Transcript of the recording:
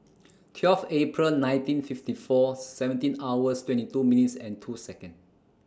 twelve April nineteen fifty four seventeen hours twenty two minutes and two Second